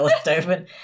statement